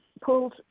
pulled